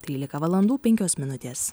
trylika valandų penkios minutės